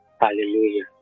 Hallelujah